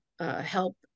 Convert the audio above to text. Help